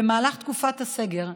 במהלך תקופת הסגר,